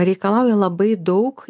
reikalauja labai daug